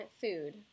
food